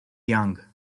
young